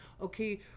Okay